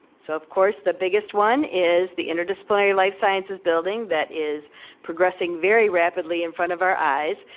so of course the biggest one is the interdisciplinary life sciences building that is progressing very rapidly in front of our eyes.